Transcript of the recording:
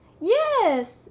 Yes